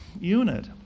unit